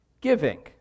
giving